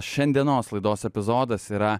šiandienos laidos epizodas yra